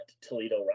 Toledo